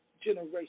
generation